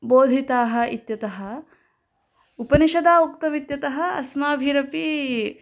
बोधिताः इत्यतः उपनिषदा उक्तम् इत्यतः अस्माभिरपि